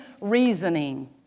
reasoning